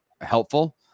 helpful